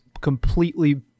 completely